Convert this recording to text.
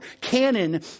Canon